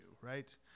right